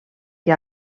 que